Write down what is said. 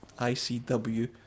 ICW